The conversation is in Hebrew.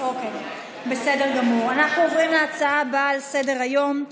אנחנו עוברים להצעה הבאה על סדר-היום,